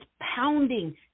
pounding